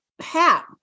hat